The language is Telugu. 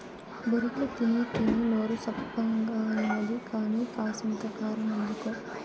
బొరుగులు తినీతినీ నోరు సప్పగాయినది కానీ, కాసింత కారమందుకో